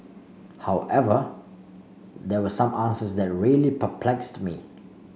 however there were some answers that really perplexed me